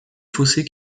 fossés